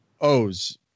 O's